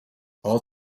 all